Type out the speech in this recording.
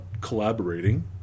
collaborating